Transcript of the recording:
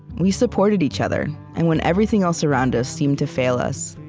we supported each other, and when everything else around us seemed to fail us,